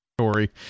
story